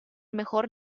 mejor